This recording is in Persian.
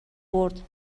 برد